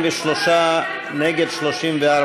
43. נגד, 34,